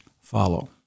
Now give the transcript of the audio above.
follow